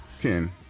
Ken